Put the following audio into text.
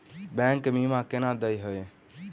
Bank बीमा केना देय है?